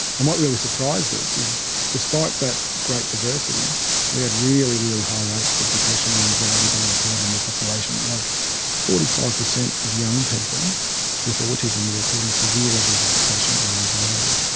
and what really surprised us is despite that great diversity we had really, really high rates of depression and anxiety being reported in the population like forty five percent of young people with autism were reporting severe levels of depression and anxiety.